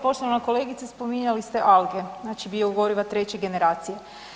Poštovana kolegice spominjali ste alge, znači biogoriva treće generacije.